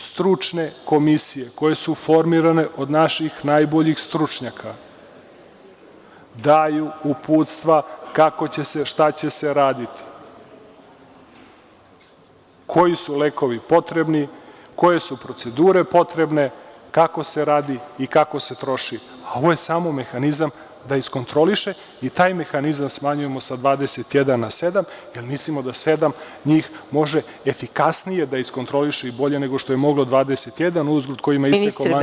Stručne komisije koje su formirane od naših najboljih stručnjaka daju uputstva kako će se, šta će se raditi, koji su lekovi potrebni, koje su procedure potrebne, kako se radi i kako se troši, a ovo je samo mehanizam da iskontroliše i taj mehanizam smanjujemo sa 21 na sedam jer mislimo da sedam njih može efikasnije da iskontroliše i bolje nego što je moglo 21 kojima je istekao mandat i slično.